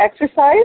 exercise